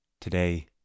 Today